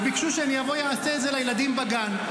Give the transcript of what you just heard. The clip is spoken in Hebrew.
וביקשו שאני אבוא ואעשה את זה לילדים בגן.